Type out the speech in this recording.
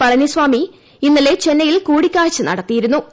പളത്തിസ്ക്മി ഇന്നലെ ചെന്നൈയിൽ കൂടിക്കാഴ്ച നടത്തിയിരുന്നൂ